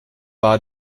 war